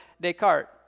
Descartes